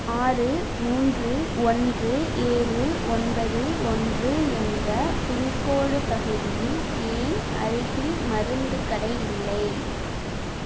ஆறு மூன்று ஓன்று ஏழு ஒன்பது ஓன்று என்ற பின்கோட் பகுதியில் ஏன் அருகில் மருந்துக் கடை இல்லை